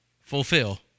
fulfill